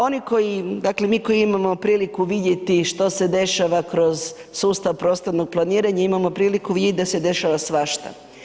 Oni koji, dakle mi koji imamo priliku vidjeti što se dešava kroz sustav prostornog planiranja, imamo priliku vidjet da se dešava svašta.